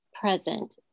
present